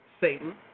Satan